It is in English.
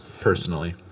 personally